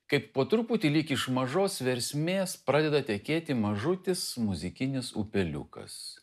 kaip po truputį lyg iš mažos versmės pradeda tekėti mažutis muzikinis upeliukas